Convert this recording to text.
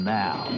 now